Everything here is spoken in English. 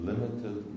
Limited